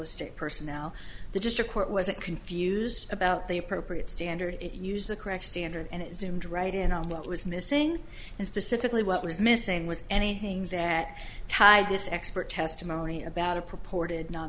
estate personnel the district court wasn't confused about the appropriate standard use the correct standard and it zoomed right in on what was missing and specifically what was missing was any things that tie this expert testimony about a purported